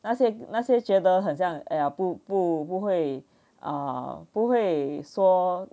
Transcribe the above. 那些那些觉得很像诶呀不不不会啊 err 不会说